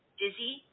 dizzy